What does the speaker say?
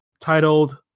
titled